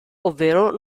ovvero